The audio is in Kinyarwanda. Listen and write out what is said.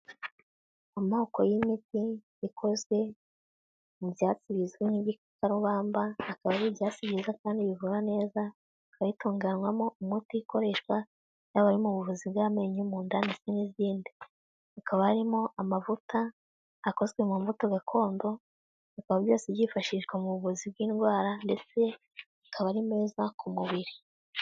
Amoko y'imiti ikoze mu byatsi bizwi nk'ibikakarubamba, akaba ari ibyasi byiza kandi bivura neza bikaba bitunganywamo umuti ukoreshwa yaba ari mu buvuzi bw'amenyo mu nganda ndetse n'izindi, hakaba harimo amavuta akozwe mu mbuto gakondo, bikaba byose byifashishwa mu buvuzi bw'indwara ndetse akaba ari meza ku mubiri.